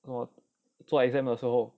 我做 exam 的时候